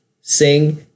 sing